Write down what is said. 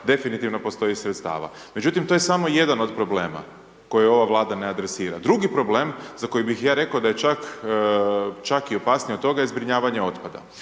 definitivno postoji i sredstava. Međutim, to je samo jedan od problema koji ova Vlada ne adresira. Drugi problem za koji bih ja rekao da je čak, čak je opasniji od toga i zbrinjavanje otpada.